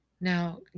Now